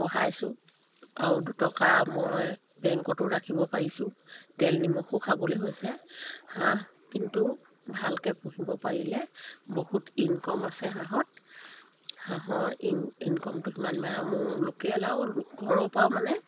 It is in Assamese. পঢ়াইছোঁ আৰু দুটকা মই বেংকতো ৰাখিব পাৰিছোঁ তেল নিমখো খাবলৈ হৈছে হাঁহ কিন্তু ভালকৈ পুহিব পাৰিলে বহুত ইনকম আছে হাঁহত হাঁহৰ ইনকমটো সিমান মানে মোৰ লোকেল আৰু ঘৰৰপৰাও মানে